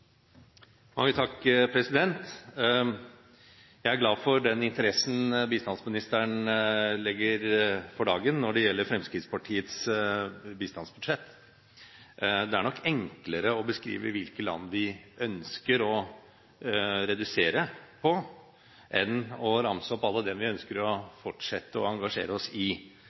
glad for den interessen bistandsministeren legger for dagen når det gjelder Fremskrittspartiets bistandsbudsjett. Det er nok enklere å beskrive hvilke land hvor vi ønsker å redusere, enn å ramse opp alle dem vi ønsker å fortsette å engasjere oss i.